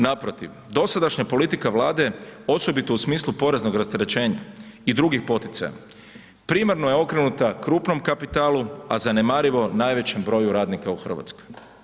Naprotiv, dosadašnja politika Vlade, osobito u smislu poreznog rasterećenja i drugih poticaja primarno je okrenuta krupnom kapitalu, a zanemarivo najvećem broju radnika u RH.